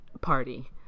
Party